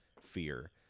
fear